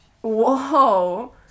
whoa